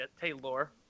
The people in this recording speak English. Taylor